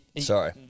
Sorry